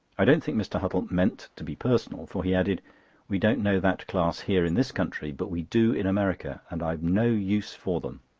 i don't think mr. huttle meant to be personal, for he added we don't know that class here in this country but we do in america, and i've no use for them.